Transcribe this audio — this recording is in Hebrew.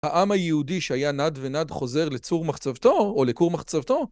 העם היהודי שהיה נד ונד חוזר לצור מחצבתו או לכור מחצבתו?